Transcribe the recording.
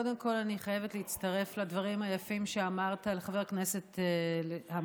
קודם כול אני חייבת להצטרף לדברים היפים שאמרת על חבר הכנסת המנוח